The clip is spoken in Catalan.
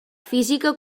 física